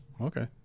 Okay